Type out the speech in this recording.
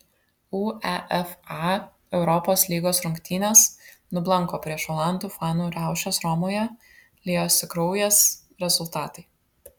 uefa europos lygos rungtynės nublanko prieš olandų fanų riaušes romoje liejosi kraujas rezultatai